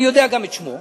אני יודע גם את שמו,